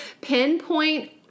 Pinpoint